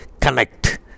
connect